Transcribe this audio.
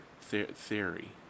theory